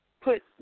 put